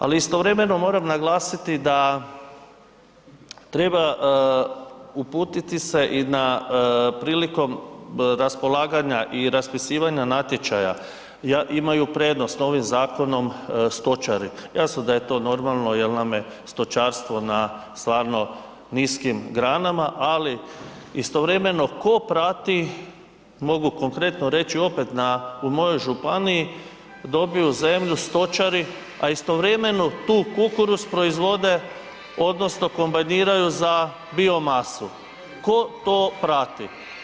Ali istovremeno moram naglasiti da treba uputiti se i na prilikom raspolaganja i raspisivanja natječaja imaju prednost ovim zakonom stočari, jasno da je to normalno jel nam je stočarstvo na stvarno niskim granama, ali istovremeno ko prati mogu konkretno reći opet da u mojoj županiji dobiju zemlju stočari, a istovremeno tu kukuruz proizvode odnosno kombajniraju za bio masu, tko to prati?